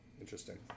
interesting